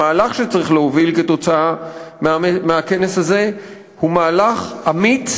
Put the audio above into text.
המהלך שצריך להוביל כתוצאה מהכנס הזה הוא מהלך אמיץ